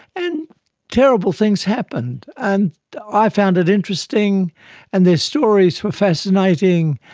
and terrible things happened, and i found it interesting and their stories were fascinating,